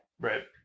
Right